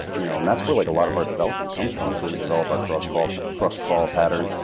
you know and that's where like a lot of our development comes from, it's where we develop our cross-crawl but cross-crawl pattern.